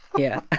yeah.